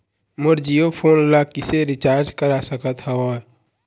मोर Jio phone ला किसे recharge करा सकत हवं?